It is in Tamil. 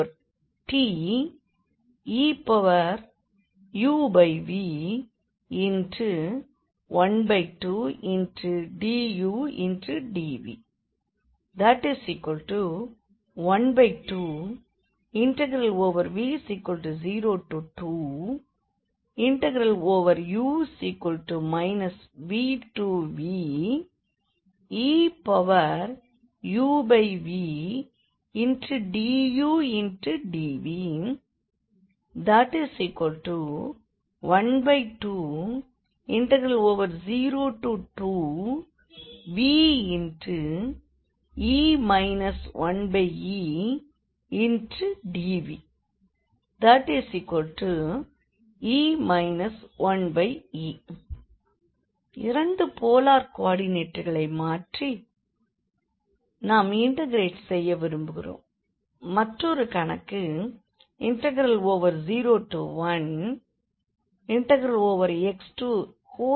Sey xyxdxdyTeuv12dudv 12v02u vveuvdudv 1202ve 1edv e 1e இரண்டு போலார் கோ ஆர்டினேட்டுகளை மாற்றி நாம் இண்டெக்ரெட் செய்ய விரும்பும் மற்றொரு கணக்கு 01x2x x2x2y2dydx